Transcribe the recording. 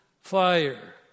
fire